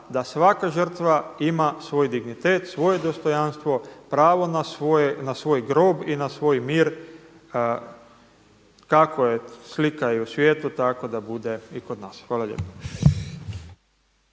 da svaka žrtva ima svoj dignitet, svoje dostojanstvo, pravo na svoj grob i na svoj mir kako je slika u svijetu tako da bude i kod nas. Hvala lijepa.